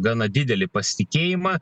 gana didelį pasitikėjimą